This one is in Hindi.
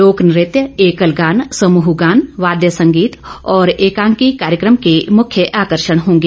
लोकनृत्य एकल गान समूह गान वाद्य संगीत और एकांकी कार्यक्रम के मुख्य आकर्षण होंगे